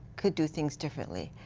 could do things differently.